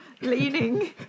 leaning